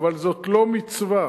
אבל זאת לא מצווה.